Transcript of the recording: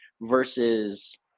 versus